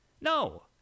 No